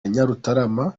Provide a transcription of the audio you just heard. nyarutarama